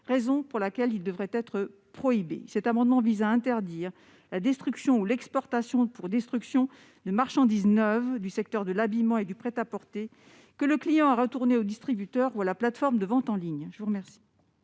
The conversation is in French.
raison pour laquelle elles doivent être prohibées. Cet amendement vise à interdire la destruction ou l'exportation pour destruction des marchandises neuves du secteur de l'habillement et du prêt-à-porter, que le client a retourné au distributeur ou à la plateforme de vente en ligne. Quel